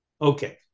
Okay